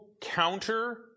counter